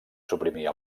suprimir